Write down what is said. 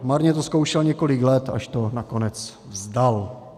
Marně to zkoušel několik let, až to nakonec vzdal.